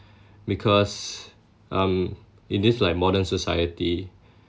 because um in this like modern society